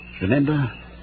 Remember